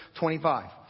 25